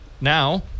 now